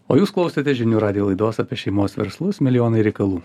o jūs klausotės žinių radijo laidos apie šeimos verslus milijonai reikalų